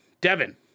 Devin